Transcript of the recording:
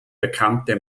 bekannte